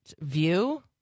view